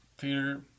Peter